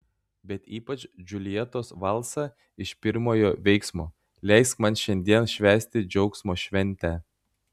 bet ypač džiuljetos valsą iš pirmojo veiksmo leisk man šiandien švęsti džiaugsmo šventę